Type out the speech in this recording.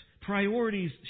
priorities